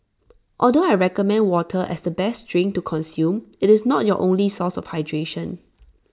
although I recommend water as the best drink to consume IT is not your only source of hydration